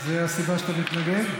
זו הסיבה שאתה מתנגד?